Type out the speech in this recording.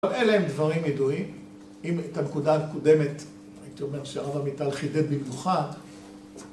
‫אבל אלה הם דברים ידועים. ‫אם את הנקודה הקודמת, ‫הייתי אומר שרב עמיטל חידד במיוחד,